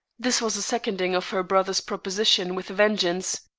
this was a seconding of her brother's proposition with a vengeance.